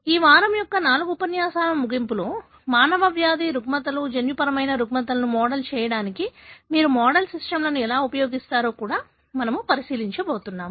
కాబట్టి ఈ వారం యొక్క 4 ఉపన్యాసాల ముగింపులో మానవ వ్యాధి రుగ్మతలు జన్యుపరమైన రుగ్మతలను మోడల్ చేయడానికి మీరు మోడల్ సిస్టమ్లను ఎలా ఉపయోగిస్తారో కూడా మనము పరిశీలించబోతున్నాం